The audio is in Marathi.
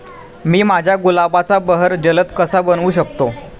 मी माझ्या गुलाबाचा बहर जलद कसा बनवू शकतो?